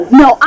no